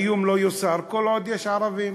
האיום לא יוסר כל עוד יש ערבים.